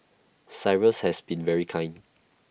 cyrus has been very kind